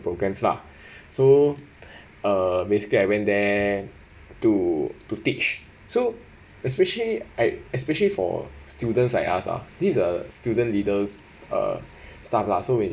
programmes lah so uh basically I went there to to teach so especially I especially for students like us ah this is a student leaders uh stuff lah so we